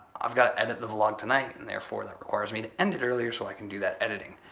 i've gotta edit the vlog tonight and therefore, that requires me to end it earlier so i can do that editing.